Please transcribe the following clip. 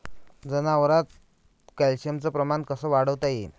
जनावरात कॅल्शियमचं प्रमान कस वाढवता येईन?